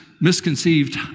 misconceived